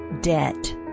Debt